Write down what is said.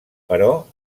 però